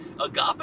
agape